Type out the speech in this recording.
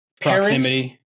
proximity